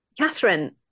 catherine